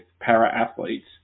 para-athletes